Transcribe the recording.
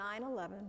9-11